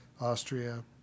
Austria